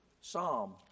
Psalm